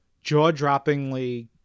jaw-droppingly